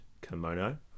kimono